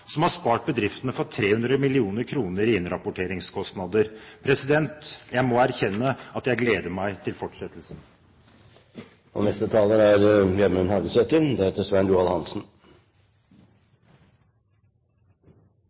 som har spart bedriftene for 300 mill. kr i innrapporteringskostnader. Jeg må erkjenne at jeg gleder meg til fortsettelsen. Noreg er stort sett eit bra land å bu og